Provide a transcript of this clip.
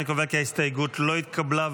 אני קובע כי ההסתייגות לא התקבלה.